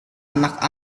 anak